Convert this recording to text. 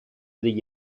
degli